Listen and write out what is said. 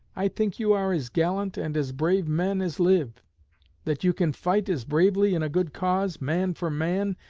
i think you are as gallant and as brave men as live that you can fight as bravely in a good cause, man for man,